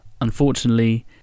unfortunately